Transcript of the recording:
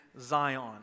Zion